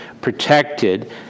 protected